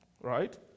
Right